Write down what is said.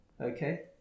Okay